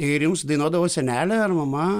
ir ims dainuodavo senelė ar mama